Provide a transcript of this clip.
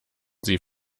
sie